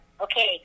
okay